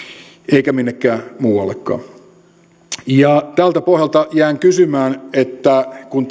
eikä minnekään muuallekaan tältä pohjalta jään kysymään kun